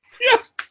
Yes